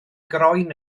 groen